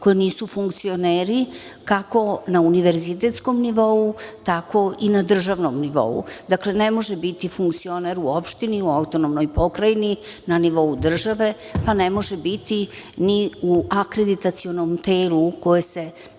koje nisu funkcioneri, kako na univerzitetskom nivou, tako i na državnom nivou. Dakle, ne može biti funkcioner u opštini, u autonomnoj pokrajini, na nivou države, pa ne može biti ni u akreditacionom telu koje se